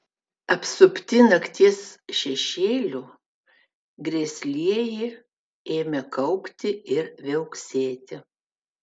apsupti nakties šešėlių grėslieji ėmė kaukti ir viauksėti